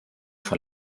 von